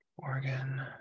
Morgan